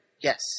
Yes